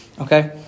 Okay